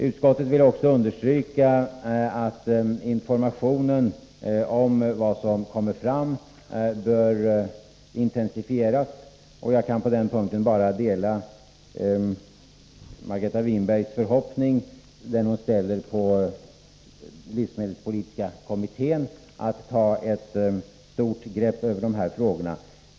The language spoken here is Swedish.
Utskottet vill också understryka att informationen om vad som kommer fram bör intensifieras. Jag kan på den punkten dela Margareta Winbergs förhoppning att livsmedelspolitiska kommittén skall ta ett samlat grepp på dessa frågor.